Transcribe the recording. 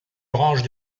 branches